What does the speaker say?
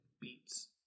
beats